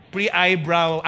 Pre-eyebrow